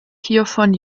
hiervon